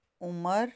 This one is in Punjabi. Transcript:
ਉਮਰ